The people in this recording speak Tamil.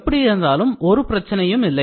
எப்படி இருந்தாலும் ஒரு பிரச்சனையும் இல்லை